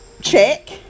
check